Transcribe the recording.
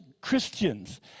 Christians